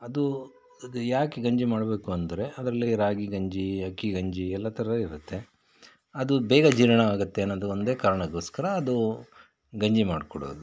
ಅದು ಅದು ಯಾಕೆ ಗಂಜಿ ಮಾಡಬೇಕು ಅಂದರೆ ಅದರಲ್ಲಿ ರಾಗಿ ಗಂಜಿ ಅಕ್ಕಿ ಗಂಜಿ ಎಲ್ಲ ಥರ ಇರುತ್ತೆ ಅದು ಬೇಗ ಜೀರ್ಣ ಆಗುತ್ತೆ ಅನ್ನೋದು ಒಂದೇ ಕಾರಣಕ್ಕೋಸ್ಕರ ಅದು ಗಂಜಿ ಮಾಡಿಕೊಡೋದು